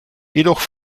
jedoch